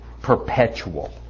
perpetual